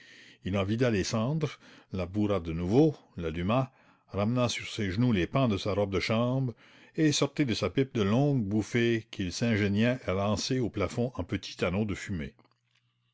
il en vida les cendres la bourra de nouveau l'alluma ramena sur es genoux les pans de sa robe de chambre et sortit de sa pipe de longues bouffées qu'il s'ingéniait à lancer au plafond en petits anneaux de fumée